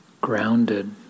grounded